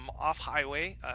off-highway